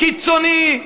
קיצוני,